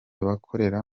bakorera